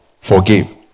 forgive